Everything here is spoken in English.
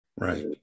Right